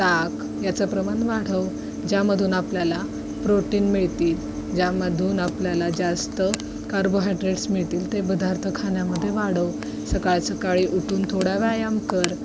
ताक याचा प्रमाण वाढव ज्यामधून आपल्याला प्रोटीन मिळतील ज्यामधून आपल्याला जास्त कार्बोहायड्रेट्स मिळतील ते पदार्थ खाण्यामध्ये वाढव सकाळ सकाळी उठून थोडा व्यायाम कर